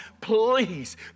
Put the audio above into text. please